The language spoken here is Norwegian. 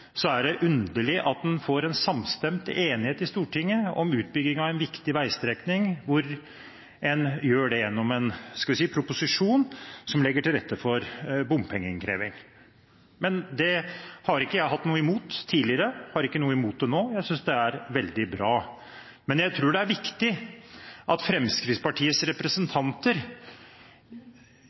så veldig underlig. Med utgangspunkt i Fremskrittspartiets lovnader i forkant av valget er det underlig at en får en samstemt enighet i Stortinget om utbyggingen av en viktig veistrekning, hvor en gjør det gjennom en – skal vi si – proposisjon som legger til rette for bompengeinnkreving. Det har ikke jeg hatt noe imot tidligere og har ikke noe imot det nå. Jeg synes det er veldig bra. Men jeg tror det er viktig